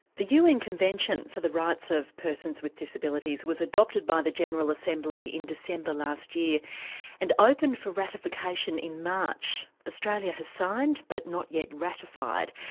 the un convention for the rights of persons with disabilities was adopted by the general assembly in december last year and opened for ratification in march. australia has signed but not yet ratified.